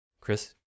Chris